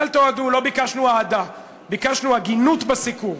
אל תאהדו, לא ביקשנו אהדה, ביקשנו הגינות בסיקור.